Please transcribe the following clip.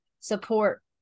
support